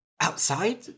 Outside